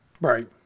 Right